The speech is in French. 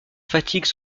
fatigue